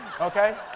okay